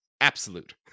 absolute